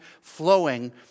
flowing